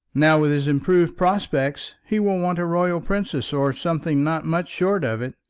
now, with his improved prospects, he will want a royal princess or something not much short of it.